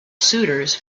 suitors